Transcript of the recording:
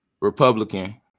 Republican